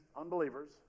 unbelievers